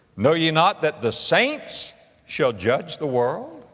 know ye not that the saints shall judge the world?